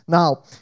Now